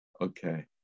Okay